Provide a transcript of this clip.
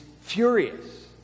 furious